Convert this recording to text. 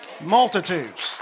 Multitudes